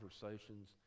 conversations